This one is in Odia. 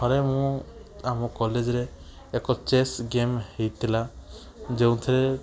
ଥରେ ମୁଁ ଆମ କଲେଜରେ ଏକ ଚେସ୍ ଗେମ୍ ହେଇଥିଲା ଯେଉଁଥିରେ